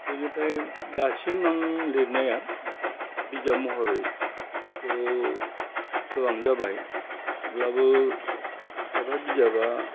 बेनिफ्राय दासिम आं लिरनाया बिजाब महरै थह गोबां जाबाय अब्लाबो खायफा बिजाबा